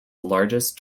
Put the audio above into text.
largest